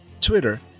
Twitter